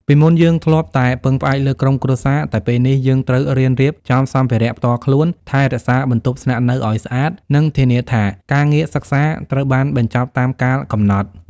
ពីមុនយើងធ្លាប់តែពឹងផ្អែកលើក្រុមគ្រួសារ តែពេលនេះយើងត្រូវរៀនរៀបចំសម្ភារៈផ្ទាល់ខ្លួន ថែរក្សាបន្ទប់ស្នាក់នៅឲ្យស្អាត និងធានាថាការងារសិក្សាត្រូវបានបញ្ចប់តាមកាលកំណត់។